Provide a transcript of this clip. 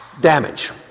damage